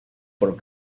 por